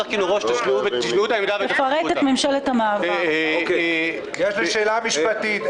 יש לי שאלה משפטית,